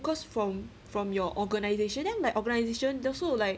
cause from from your organization then like organization also like